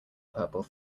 purple